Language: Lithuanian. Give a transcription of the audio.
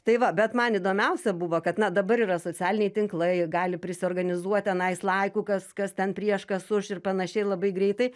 tai va bet man įdomiausia buvo kad na dabar yra socialiniai tinklai gali prisiorganizuot tenais laikų kas kas ten prieš kas už ir panašiai labai greitai